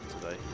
today